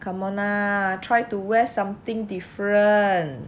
come on lah try to wear something different